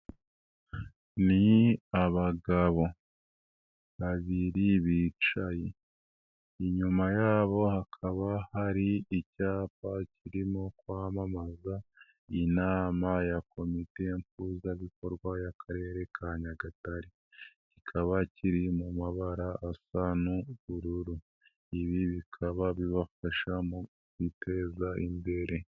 Ni abagabo babiri bicaye. Inyuma yabo hakaba hari icyapa kirimo kwamamaza inama ya komite mpuzabikorwa y'akarere ka Nyagatare. Kikaba kiri mu mabara asa n'ubururu, ibi bikaba bibafasha mu kwiteza imbere.